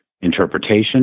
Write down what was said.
interpretation